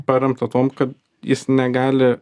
paremta tuom kad jis negali